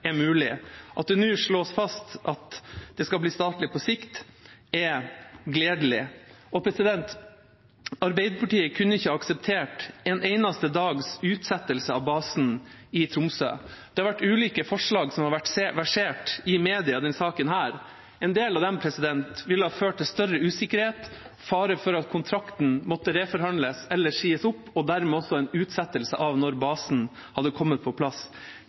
er mulig. At det nå slås fast at det skal bli statlig på sikt, er gledelig. Arbeiderpartiet kunne ikke akseptert en eneste dags utsettelse av basen i Tromsø. Ulike forslag har versert i media i denne saken. En del av dem ville ført til større usikkerhet, fare for at kontrakten måtte reforhandles eller sies opp, og dermed også en utsettelse av når basen hadde kommet på plass.